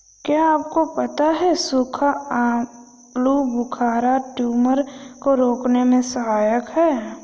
क्या आपको पता है सूखा आलूबुखारा ट्यूमर को रोकने में सहायक है?